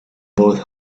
both